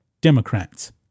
Democrats